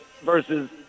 versus